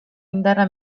indarra